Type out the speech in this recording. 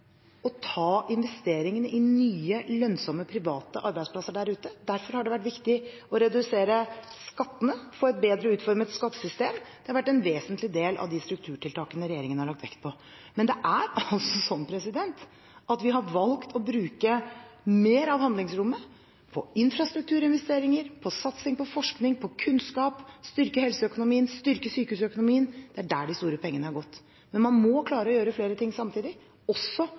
i nye, lønnsomme private arbeidsplasser der ute. Derfor har det å redusere skattene og få et bedre utformet skattesystem vært en vesentlig del av strukturtiltakene regjeringen har lagt vekt på. Vi har valgt å bruke mer av handlingsrommet på infrastrukturinvesteringer, på satsing på forskning og kunnskap, på å styrke helseøkonomien og sykehusøkonomien. Det er der de store pengene har gått. Men man må klare å gjøre flere ting samtidig, også